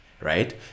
right